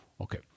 Okay